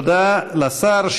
תודה לשר.